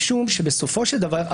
משום שבסופו של דבר,